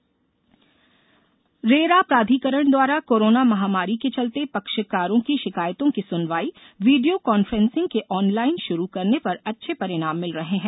RERA सुनवाई रेरा प्राधिकरण द्वारा कोरोना महामारी के चलते पक्षकारों की शिकायतों की सुनवाई वीडियो कॉन्फ्रेंसिंग से ऑनलाईन शुरू करने पर अच्छे परिणाम मिल रहे हैं